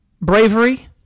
Bravery